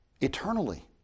eternally